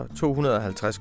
250